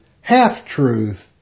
half-truth